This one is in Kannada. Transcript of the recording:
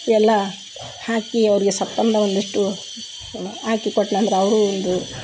ಎಲ್ಲ ಹಾಕಿ ಅವ್ರಿಗೆ ಸಪ್ಪಂದು ಒಂದಿಷ್ಟು ಹಾಕಿ ಕೊಟ್ಟೆನಂದ್ರ ಅವರೂ ಒಂದು